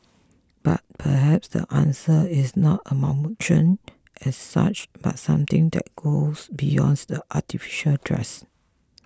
but perhaps the answer is not an amalgamation as such but something that goes beyond the artificial dress